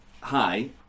hi